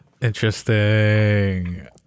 Interesting